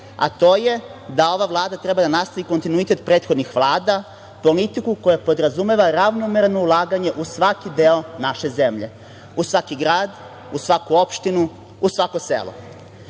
a to je da ova vlada treba da nastavi kontinuitet prethodnih vlada, politiku koja podrazumeva ravnomerno ulaganje u svaki deo naše zemlje, u svaki grad, u svaku opštinu, u svako selo. Ne